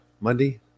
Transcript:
Monday